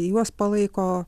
juos palaiko